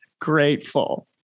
Grateful